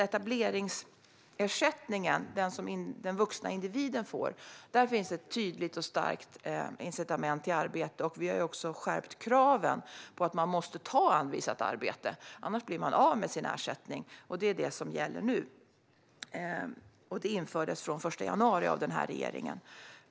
Etableringsersättningen, som den vuxna individen får, ger ett tydligt och starkt incitament till arbete. Vi har också skärpt kraven så att man måste ta anvisat arbete, annars blir man av med sin ersättning. Det är det som gäller nu. Det infördes den 1 januari av den här regeringen.